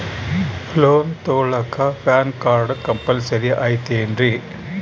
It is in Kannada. ಲೋನ್ ತೊಗೊಳ್ಳಾಕ ಪ್ಯಾನ್ ಕಾರ್ಡ್ ಕಂಪಲ್ಸರಿ ಐಯ್ತೇನ್ರಿ?